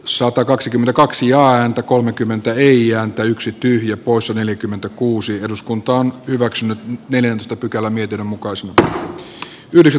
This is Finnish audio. sota kaksikymmentäkaksi ääntä kolmekymmentä riian ja esko kiviranta on timo kallin kannattamana ehdottanut että pykälä hyväksytään vastalauseen mukaisena